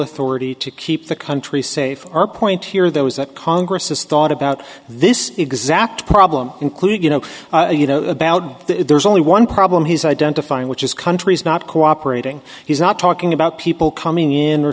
authority to keep the country safe our point here though is that congress has thought about this exact problem including you know you know about there's only one problem he's identifying which is countries not cooperating he's not talking about people coming in or